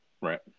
Right